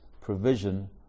provision